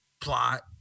plot